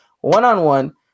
one-on-one